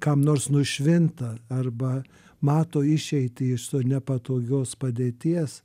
kam nors nušvinta arba mato išeitį iš nepatogios padėties